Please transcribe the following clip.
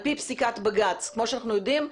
על פי פסיקת בג"ץ כמו שאנחנו יודעים,